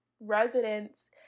residents